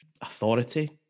authority